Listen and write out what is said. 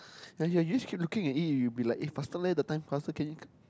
ya you just keep looking at it you will be like eh faster leh the time can you